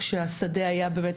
כשהשדה היה באמת,